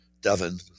devon